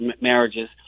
marriages